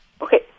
Okay